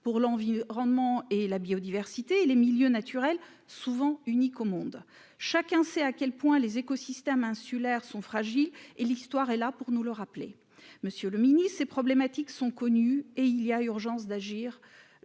pour l'envie, le rendement et la biodiversité et les milieux naturels, souvent uniques au monde, chacun sait à quel point les écosystèmes insulaires sont fragiles et l'histoire est là pour nous le rappeler, Monsieur le Ministre, ces problématiques sont connus et il y a urgence d'agir,